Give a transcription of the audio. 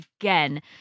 again